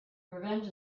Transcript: revenge